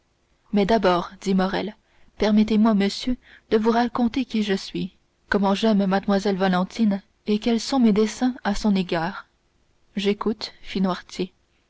mais d'abord dit morrel permettez-moi monsieur de vous raconter qui je suis comment j'aime mlle valentine et quels sont mes desseins à son égard j'écoute